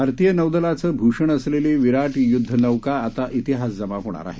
भारतीय नौदलाचं भूषण असलेली विराट युद्ध नौका आता इतिहास जमा होणार आहे